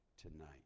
tonight